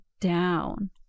down